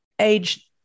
age